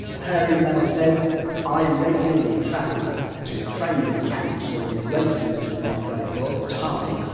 her email says i regularly travel to training camps and races with my guide dog, tai,